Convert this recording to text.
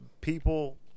people